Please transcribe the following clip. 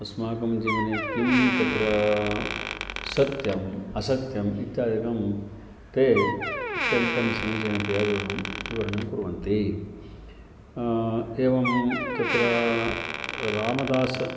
अस्माकं जीवने किं तत्र सत्यम् असत्यम् इत्यादिकं ते अत्यन्तं समीचीनतया विवरणं विवरणं कुर्वन्ति एवं तत्र रामदासः